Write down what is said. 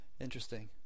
Interesting